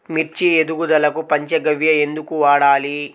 మిర్చి ఎదుగుదలకు పంచ గవ్య ఎందుకు వాడాలి?